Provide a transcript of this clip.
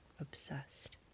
obsessed